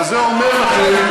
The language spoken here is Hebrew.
וזה אומר לכם, נכון.